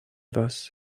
vos